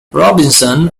robinson